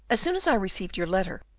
as soon as i received your letter,